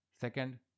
Second